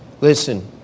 Listen